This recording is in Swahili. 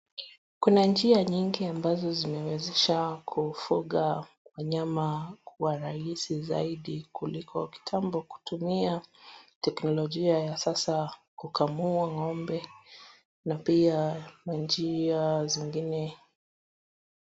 Kuna njia nyingi ambazo zimewezesha kufuga wanyama kuwa rahisi zaidi kuliko kitambo kutumia teknolojia ya sasa kukamua ng'ombe na pia njia zingine.